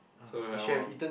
so when I want